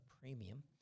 premium